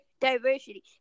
diversity